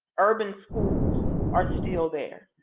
urban schools are still there.